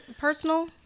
personal